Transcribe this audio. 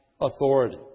authority